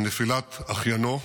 על נפילת אחיינו,